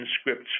scripts